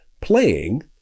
playing